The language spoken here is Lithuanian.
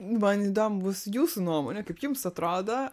man įdomu bus jūsų nuomonė kaip jums atrodo